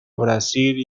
brasil